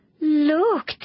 Look